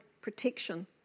protection